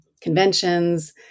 conventions